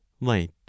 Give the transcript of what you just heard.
light